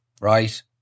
right